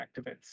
activists